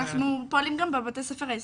אנחנו פועלים גם בבתי ספר היסודיים,